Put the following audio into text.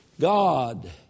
God